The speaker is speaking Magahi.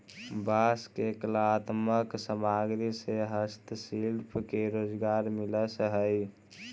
बांस के कलात्मक सामग्रि से हस्तशिल्पि के रोजगार मिलऽ हई